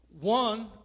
One